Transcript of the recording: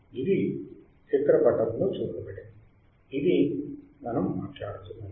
ఇది చిత్రం పటములో లో చూపబడింది ఇది మనం మాట్లాడుతున్నది